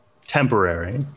temporary